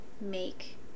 make